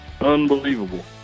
Unbelievable